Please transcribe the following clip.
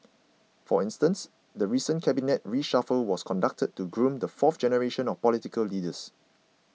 for instance the recent cabinet reshuffle was conducted to groom the fourth generation of political leaders